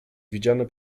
widziane